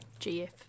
GF